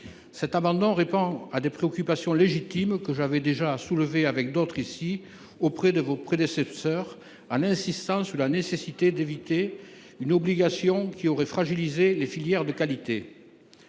Cet abandon répond à des préoccupations légitimes. Je les avais déjà soulevées avec d’autres ici auprès de vos prédécesseurs en insistant sur la nécessité d’éviter une obligation qui aurait fragilisé les filières de qualité.